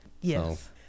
yes